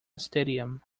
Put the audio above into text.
stadium